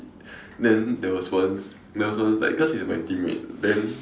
then there was once there was once like cause he is my teammate then